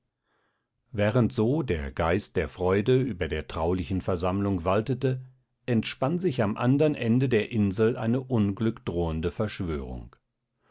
während so der geist der freude über der traulichen versammlung waltete entspann sich am andern ende der insel eine unglückdrohende verschwörung